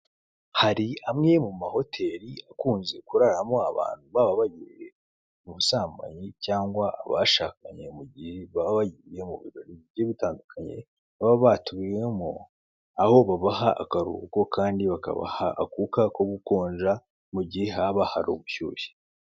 Hari amwe mu mahoteri akunze kuraramo abantu baba bagiye mu busambanyi cyangwa abashakanye mu gihe baba bagiye mu birori bigiye bitandukanye aho babaha akaruhuko kandi bakabaha akuka ko gukonja mu gihe haba hari ubushyuhe.